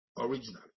originally